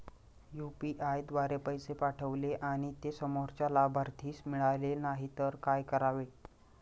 UPI द्वारे पैसे पाठवले आणि ते समोरच्या लाभार्थीस मिळाले नाही तर काय करावे?